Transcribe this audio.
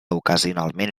ocasionalment